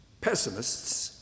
Pessimists